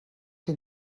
que